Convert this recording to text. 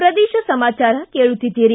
ಪ್ರದೇಶ ಸಮಾಚಾರ ಕೇಳುತ್ತೀದ್ದಿರಿ